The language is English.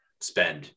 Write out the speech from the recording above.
spend